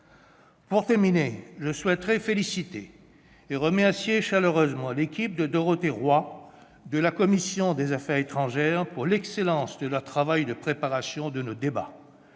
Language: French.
Pour conclure, je souhaite féliciter et remercier chaleureusement l'équipe des collaborateurs de la commission des affaires étrangères, pour l'excellence de son travail de préparation de nos débats.